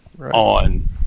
on